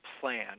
plan